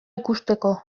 ikusteko